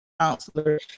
counselor